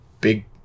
big